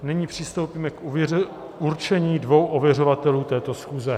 Nyní přistoupíme k určení dvou ověřovatelů této schůze.